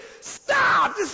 Stop